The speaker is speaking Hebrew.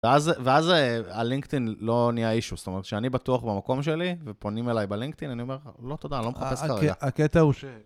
ואז הלינקדאין לא נהיה אישו, זאת אומרת שאני בטוח במקום שלי, ופונים אליי בלינקדאין, אני אומר לא תודה, אני לא מחפש כרגע. הקטע הוא ש...